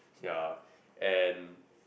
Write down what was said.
yeah and